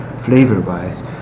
flavor-wise